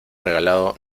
regalado